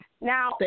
Now